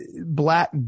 black